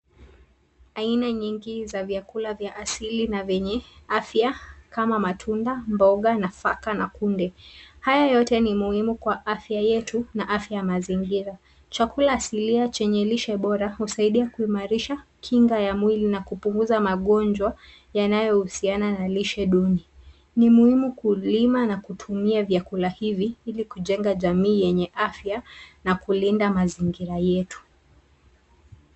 Vyakula vya asili na vyenye afya kama matunda, mboga, nafaka na mikunde ni muhimu sana kwa afya yetu na kwa afya ya mazingira. Vyakula hivi vya kienyeji vyenye lishe bora husaidia kuimarisha kinga ya mwili na kupunguza hatari ya magonjwa yanayohusiana na lishe duni. Ni muhimu tuvilime na tuvitumie ili kujenga jamii yenye afya na kulinda mazingira yetu.